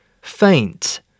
faint